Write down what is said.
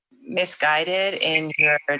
misguided in your